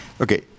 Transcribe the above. Okay